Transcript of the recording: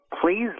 Please